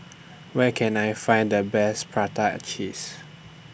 Where Can I Find The Best Prata Cheese